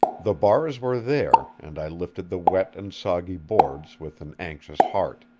the bars were there, and i lifted the wet and soggy boards with an anxious heart.